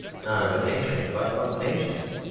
not of a nation, but of nations.